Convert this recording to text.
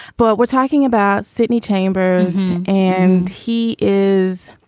but we're talking about sidney chambers. and he is.